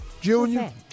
Junior